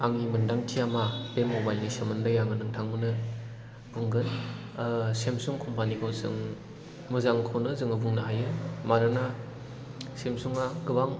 आंनि मोनदांथिया मा बे मबाइल नि सोमोन्दै आङो नोंथामोननो बुंगोन सामसं कम्पानि खौ जों मोजांखौनो जोङो बुंनो हायो मानोना सामसं आ गोबां